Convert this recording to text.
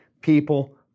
people